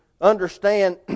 understand